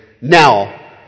now